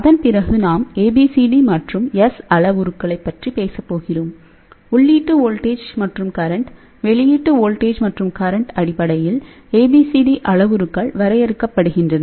அதன் பிறகு நாம் ஏபிசிடி மற்றும் எஸ் அளவுருக்களைப் பற்றி பேசப் போகிறோம் உள்ளீட்டு வோல்டேஜ் மற்றும் கரண்ட் வெளியீட்டு வோல்டேஜ் மற்றும் கரண்ட் அடிப்படையில் ABCD அளவுருக்கள் வரையறுக்கப்படுகின்றன